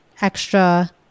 extra